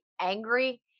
angry